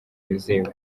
wizewe